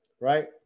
right